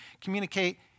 communicate